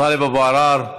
טלב אבו עראר,